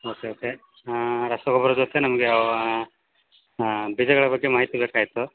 okay okay ರಸ ಗೊಬ್ರದ ಜೊತೆ ನಮಗೆ ಬೀಜಗಳ ಬಗ್ಗೆ ಮಾಹಿತಿ ಬೇಕಾಗಿತ್ತು